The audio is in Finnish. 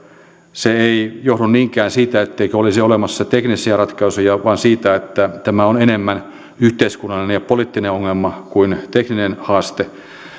se ei johdu niinkään siitä etteikö olisi olemassa teknisiä ratkaisuja vaan siitä että tämä on enemmän yhteiskunnallinen ja poliittinen ongelma kuin tekninen haaste